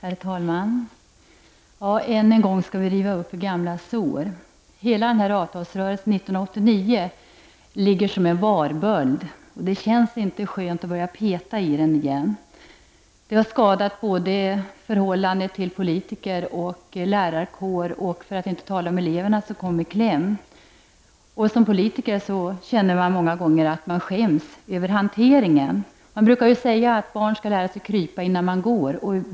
Herr talman! Än en gång skall vi riva upp gamla sår. Hela denna avtalsrörelse under 1989 ligger som en varböld, och det känns inte skönt att börja peta i den igen. Denna avtalsrörelse har skadat förhållandet både till politiker och till lärare, för att inte tala om eleverna som kom i kläm. Som politiker skäms jag många gånger över hanteringen. Man brukar säga att barn skall lära sig krypa innan de lär sig gå.